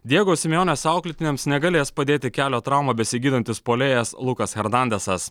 diego simeonės auklėtiniams negalės padėti kelio traumą besigydantis puolėjas lukas erdandesas